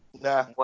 Nah